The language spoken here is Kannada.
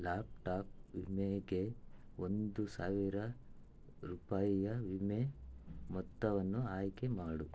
ಲ್ಯಾಪ್ ಟಾಪ್ ವಿಮೆಗೆ ಒಂದು ಸಾವಿರ ರೂಪಾಯಿಯ ವಿಮೆ ಮೊತ್ತವನ್ನು ಆಯ್ಕೆ ಮಾಡು